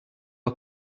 are